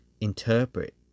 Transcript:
interpret